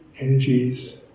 energies